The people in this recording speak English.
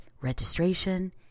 Registration